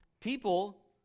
People